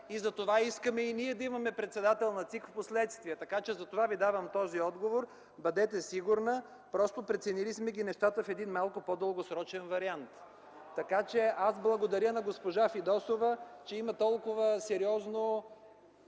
и за това искаме и ние да имаме председател на ЦИК в последствие. За това ви давам този отговор. Бъдете сигурна, просто сме преценили нещата в един малко по-дългосрочен вариант. Аз благодаря на госпожа Фидосова, че има толкова сериозни